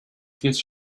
get